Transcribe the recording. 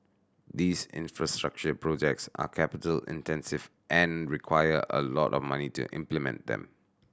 these infrastructure projects are capital intensive and require a lot of money to implement them